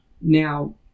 now